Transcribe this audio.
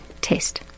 test